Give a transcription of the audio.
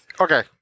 Okay